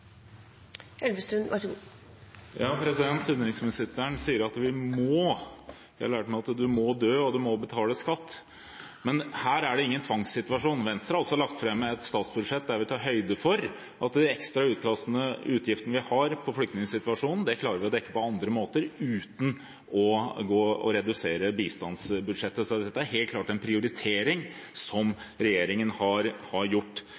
Utenriksministeren sier at vi «må». Jeg har lært meg at man må dø, og man må betale skatt, men her er det ingen tvangssituasjon. Venstre har også lagt fram et statsbudsjett der vi tar høyde for de ekstra utgiftene vi har på grunn av flyktningsituasjonen, og det klarer vi å dekke på andre måter, uten å redusere bistandsbudsjettet. Så dette er helt klart en prioritering som regjeringen har gjort.